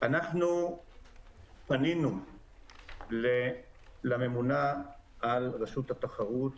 אנחנו פנינו לממונה על רשות התחרות,